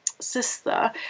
sister